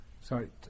Sorry